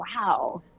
wow